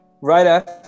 Right